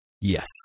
Yes